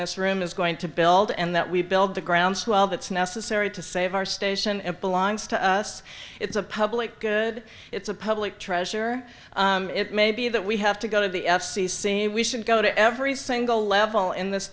this room is going to build and that we build the groundswell that's necessary to save our station it belongs to us it's a public good it's a public treasure it may be that we have to go to the f c c we should go to every single level in this